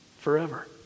forever